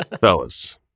Fellas